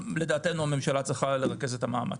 לדעתנו, הממשלה שם צריכה לרכז את המאמץ.